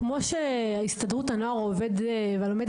כמו שאמרה הסתדרות הנוער העובד והלומד,